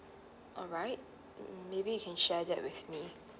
alright mm maybe you can share that with me